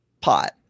pot